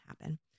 happen